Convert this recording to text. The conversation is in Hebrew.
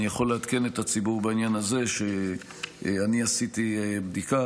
אני יכול לעדכן את הציבור בעניין הזה שעשיתי בדיקה,